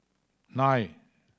nine